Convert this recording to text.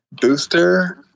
booster